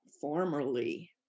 formerly